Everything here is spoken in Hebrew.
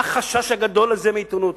מה החשש הגדול הזה מעיתונות?